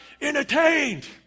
entertained